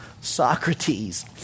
Socrates